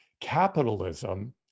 capitalism